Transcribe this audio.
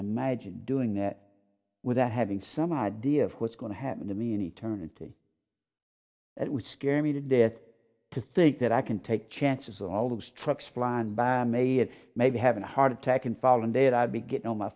imagine doing that without having some idea of what's going to happen to me in eternity it would scare me to death to think that i can take chances with all those trucks flying by me it may be having a heart attack and fall in there i'd be getting on my